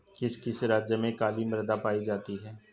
किस किस राज्य में काली मृदा पाई जाती है?